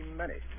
money